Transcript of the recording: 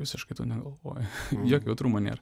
visiškai tu negalvoji jokio jautrumo nėra